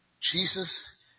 Jesus